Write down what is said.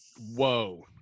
Whoa